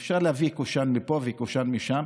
ואפשר להביא קושאן מפה וקושאן משם,